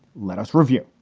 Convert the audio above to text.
let us review.